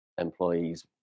employees